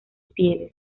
pieles